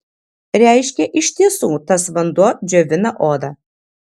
reiškia iš tiesų tas vanduo džiovina odą